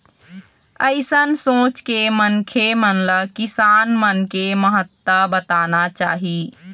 अइसन सोच के मनखे मन ल किसान मन के महत्ता बताना चाही